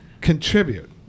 Contribute